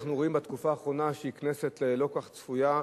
אנחנו רואים בתקופה האחרונה שהיא כנסת לא כל כך צפויה.